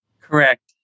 correct